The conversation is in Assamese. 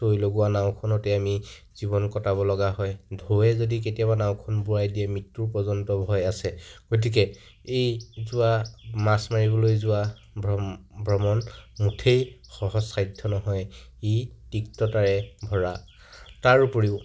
চৈ লগোৱা নাওঁখনতে আমি জীৱন কটাব লগা হয় ঢৌৱে যদি কেতিয়াবা নাওখন বুৰাই দিয়ে মৃত্যু পৰ্যন্ত ভয় আছে গতিকে এই যোৱা মাছ মাৰিবলৈ যোৱা ভ্ৰম ভ্ৰমণ মুঠেই সহজসাধ্য নহয় ই তিক্ততাৰে ভৰা তাৰোপৰিও